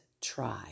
try